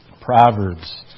Proverbs